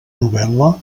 novel·la